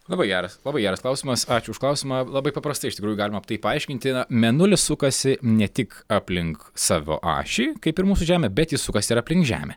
labai geras labai geras klausimas ačiū už klausimą labai paprastai iš tikrųjų galima tai paaiškinti na mėnulis sukasi ne tik aplink savo ašį kaip ir mūsų žemė bet jis sukasi ir aplink žemę